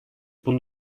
bunu